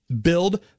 build